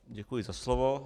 Děkuji za slovo.